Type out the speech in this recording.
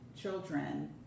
children